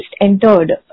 entered